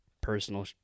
personal